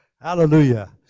Hallelujah